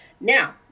now